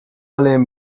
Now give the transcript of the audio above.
alain